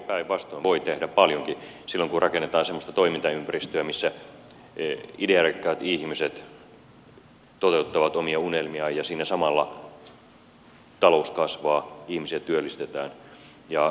päinvastoin voi tehdä paljonkin silloin kun rakennetaan semmoista toimintaympäristöä missä idearikkaat ihmiset toteuttavat omia unelmiaan ja siinä samalla talous kasvaa ihmisiä työllistetään